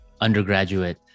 undergraduate